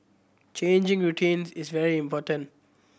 changing routines is very important